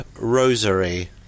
rosary